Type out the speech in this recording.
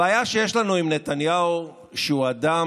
הבעיה שיש לנו עם נתניהו היא שהוא אדם